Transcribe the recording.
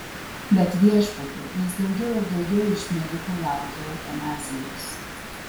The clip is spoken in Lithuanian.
bet viešpatie vis daugiau ir daugiau iš medikų laukia eutanazijos